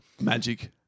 Magic